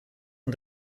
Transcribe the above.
und